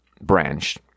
branch